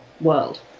world